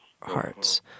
hearts